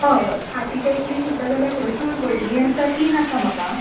हय हय हातीच्या इतली सुद्दां जाल्यार पुरो चड व्हडलीं आसता तीं नाका म्हाका